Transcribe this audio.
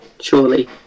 surely